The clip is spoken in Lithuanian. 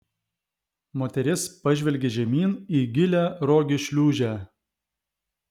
moteris pažvelgė žemyn į gilią rogių šliūžę